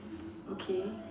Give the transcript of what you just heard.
okay